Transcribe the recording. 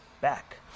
back